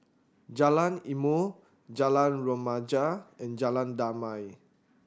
Jalan Ilmu Jalan Remaja and Jalan Damai